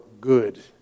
good